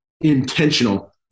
intentional